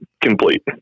complete